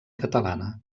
catalana